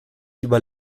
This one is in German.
selbst